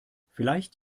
vielleicht